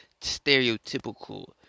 stereotypical